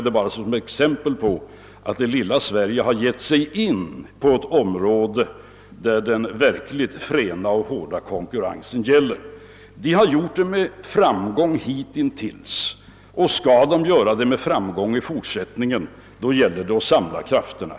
Det lilla Sverige har alltså här gett sig in på ett område där den verkligt fräna och hårda konkurrensen gäller. Hitintills har vi gjort det med framgång och skall väl lyckas även i fortsättningen. Men då gäller det att samla krafterna.